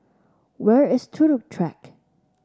where is Turut Track